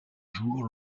jour